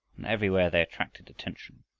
and everywhere they attracted attention.